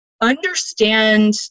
understand